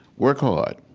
work hard.